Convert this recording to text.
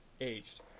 aged